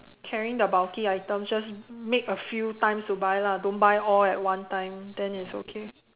carrying the bulky items just make a few times to buy lah don't buy all at one time then it's okay